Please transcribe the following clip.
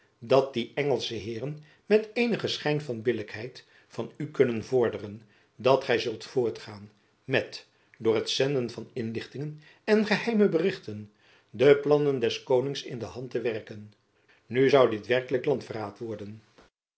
dat die engelsche heeren met eenigen schijn van billijkheid van u kunnen vorderen dat gy zult voortgaan met door het zenden van inlichtingen en geheime berichten de plannen des konings in de hand te werken nu zoû dit werkelijk landverraad worden